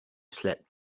slept